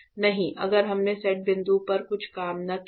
नहीं अगर हमने सेट बिंदु पर कुछ कामना की है